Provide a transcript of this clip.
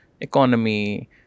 economy